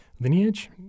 lineage